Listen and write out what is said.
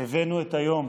הבאנו את היום.